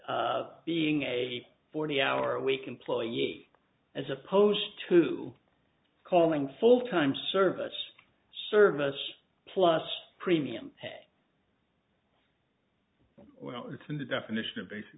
being a forty hour week employee as opposed to calling full time service service plus premium pay well it's in the definition of basic